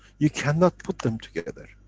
you cannot put them together.